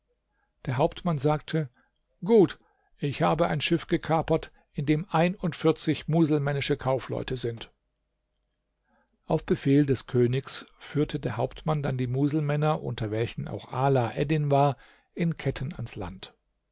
der hauptmann sagte gut ich habe ein schiff gekapert in dem einundvierzig muselmännische kaufleute sind auf befehl des königs führte der hauptmann dann die muselmänner unter welchen auch ala eddin war in ketten ans land